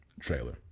trailer